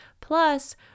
plus